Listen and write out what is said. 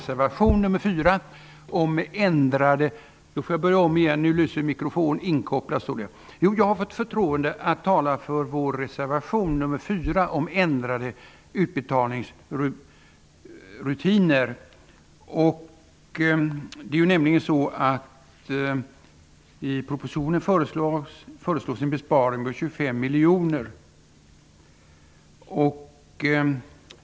Herr talman! Jag har fått förtroendet att tala för vår reservation nr 4 om ändrade utbetalningsrutiner. Det är nämligen så att det i propositionen föreslås en besparing på 25 miljoner.